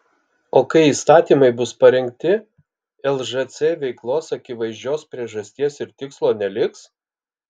o kai įstatymai bus parengti lžc veiklos akivaizdžios priežasties ir tikslo neliks